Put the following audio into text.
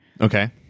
Okay